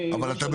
אז זה לא במצגת.